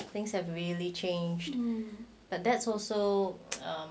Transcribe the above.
things have really changed but that's also